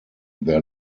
their